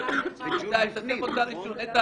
מבקשת שזה יכלול גם אזור